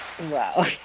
Wow